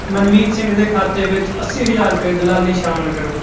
ਮਨਮੀਤ ਸਿੰਘ ਦੇ ਖਾਤੇ ਵਿੱਚ ਅੱਸੀ ਹਜ਼ਾਰ ਰੁਪਏ ਦਲਾਲੀ ਸ਼ਾਮਲ ਕਰੋ